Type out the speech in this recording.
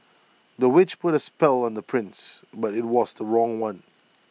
the witch put A spell on the prince but IT was the wrong one